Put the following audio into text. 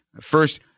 First